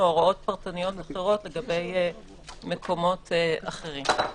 הוראות פרטניות אחרות לגבי מקומות אחרים.